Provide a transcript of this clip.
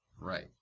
right